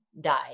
die